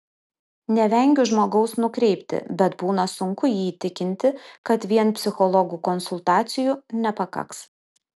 nevengiu žmogaus nukreipti bet būna sunku jį įtikinti kad vien psichologų konsultacijų nepakaks